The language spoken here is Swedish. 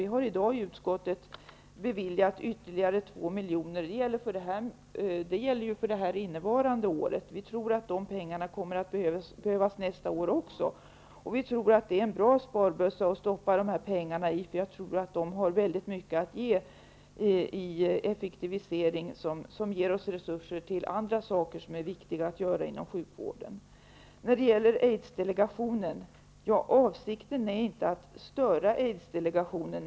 Vi har i dag i utskottet beviljat ytterligare 2 miljoner för innevarande år. Vi tror att de pengarna kommer att behövas också nästa år. Vi tror att det är en bra sparbössa att stoppa dessa pengar i. Jag tror att SBU har mycket att ge i effektivisering, som ger oss resurser till andra saker som är viktiga att göra inom sjukvården. Avsikten är inte att störa Aids-delegationen, sade Barbro Westerholm.